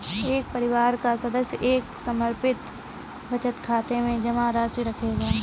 एक परिवार का सदस्य एक समर्पित बचत खाते में जमा राशि रखेगा